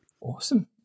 Awesome